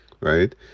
right